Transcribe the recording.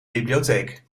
bibliotheek